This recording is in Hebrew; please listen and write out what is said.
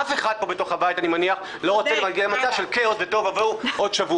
אף אחד בתוך הבית הזה אני מניח לא רוצה להגיע למצב של כאוס בעוד שבוע,